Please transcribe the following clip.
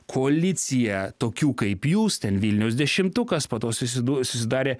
koaliciją tokių kaip jūs ten vilniaus dešimtukas po to susiduo susidarė